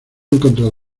encontrado